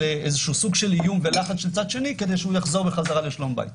איזשהו סוג ואיום ולחץ של צד שני כדי שיחזור חזרה לשלום בית.